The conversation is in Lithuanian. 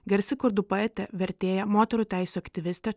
garsi kurdų poetė vertėja moterų teisių aktyvistė